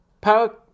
Power